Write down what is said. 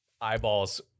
eyeballs